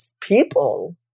people